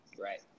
right